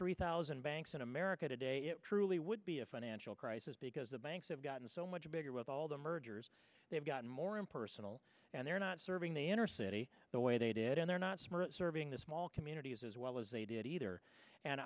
three thousand banks in america today it truly would be a financial crisis because the banks have gotten so much bigger with all the mergers they've gotten more impersonal and they're not serving the inner city the way they did and they're not smart serving the small communities as well as they did either and